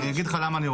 אני אגיד לך למה..